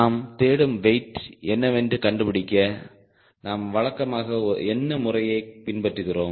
நாம் தேடும் வெயிட் என்னவென்று கண்டுபிடிக்க நாம் வழக்கமாக என்ன முறையை பின்பற்றுகிறோம்